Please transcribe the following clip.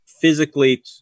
physically